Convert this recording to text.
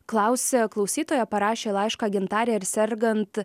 klausia klausytoja parašė laišką gintarė ar sergant